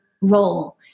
role